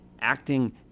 acting